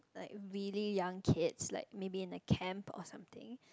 like really young kids like maybe in the camp or something